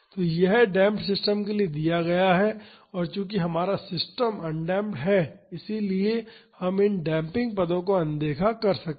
तो यह damped system के लिए दिया गया है और चूंकि हमारा सिस्टम अनडेम्प्ड है इसलिए हम इन डेम्पिंग पदों को अनदेखा कर सकते हैं